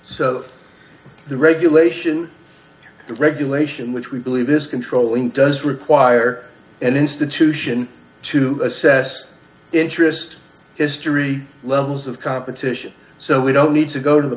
the regulation regulation which we believe is controlling does require an institution to assess interest history levels of competition so we don't need to go to the